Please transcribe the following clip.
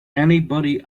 anybody